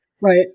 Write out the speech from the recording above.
Right